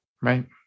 right